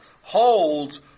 holds